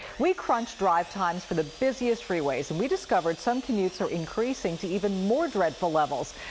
we crunch drive times for the busiest freeways and we discovered some commutes are increasing to even more dreadful levels.